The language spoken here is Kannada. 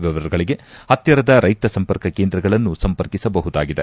ವಿವರಗಳಿಗೆ ಹತ್ತಿರದ ರೈತ ಸಂಪರ್ಕ ಕೇಂದ್ರಗಳನ್ನು ಸಂಪರ್ಕಿಸಬಹುದಾಗಿದೆ